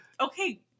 okay